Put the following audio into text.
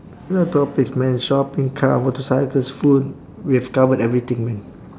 no topics man shopping car motorcycles food we have covered everything man